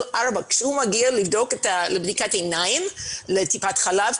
ארבע כשהוא מגיע לבדיקת עיניים בטיפת חלב,